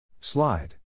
Slide